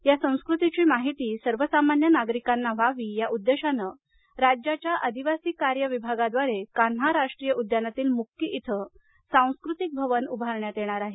या संस्कृतीची माहिती सर्वसामान्य नागरिकाना व्हावी या उद्देशाने राज्याच्या आदिवासी कार्य विभागाद्वारे कान्हा राष्ट्रीय उद्यानातील मुक्की इथ सांस्कृतिक भवन उभारण्यात येणार आहे